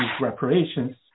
reparations